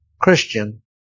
Christian